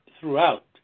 throughout